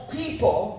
people